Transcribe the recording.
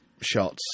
shots